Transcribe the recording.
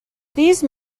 these